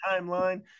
timeline